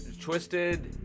Twisted